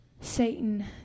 Satan